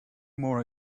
more